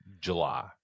July